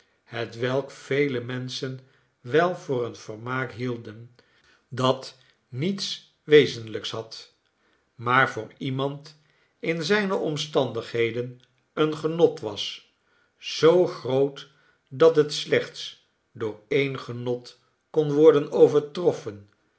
hetwelk vele menschen wel voor een vermaak hielden dat niets wezenlijks had maar voor iemand in zijne omstandigheden een genot was zoo groot dat het slechts door een genot kon worden overtroffen